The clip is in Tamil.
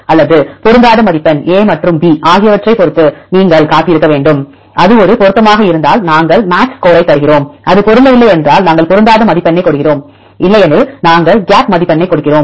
அல்லது பொருந்தாத மதிப்பெண் a மற்றும் b ஆகியவற்றைப் பொறுத்து நீங்கள் காத்திருக்க வேண்டும் அது ஒரு பொருத்தமாக இருந்தால் நாங்கள் மேட்ச் ஸ்கோரைத் தருகிறோம் அது பொருந்தவில்லை என்றால் நாங்கள் பொருந்தாத மதிப்பெண்ணைக் கொடுக்கிறோம் இல்லையெனில் நாங்கள் கேப் மதிப்பெண்ணைக் கொடுக்கிறோம்